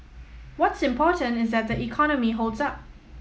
what's important is that the economy holds up